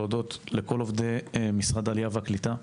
להודות לכל עובדי ועובדות משרד העלייה והקליטה.